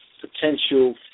potential